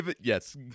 Yes